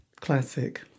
Classic